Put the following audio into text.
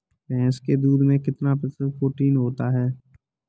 भैंस के दूध में कितना प्रतिशत प्रोटीन होता है?